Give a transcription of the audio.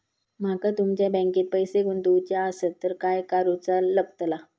माका तुमच्या बँकेत पैसे गुंतवूचे आसत तर काय कारुचा लगतला?